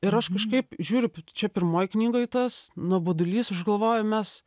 ir aš kažkaip žiūriu čia pirmoj knygoj tas nuobodulys aš galvoju mes